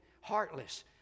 heartless